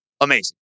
Amazing